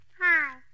Hi